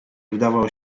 wdawał